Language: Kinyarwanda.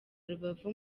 rubavu